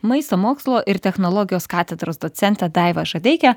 maisto mokslo ir technologijos katedros docente daiva žadeike